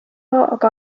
aga